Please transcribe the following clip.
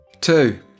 Two